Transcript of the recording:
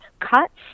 cuts